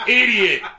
idiot